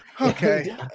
Okay